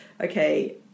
okay